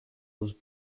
was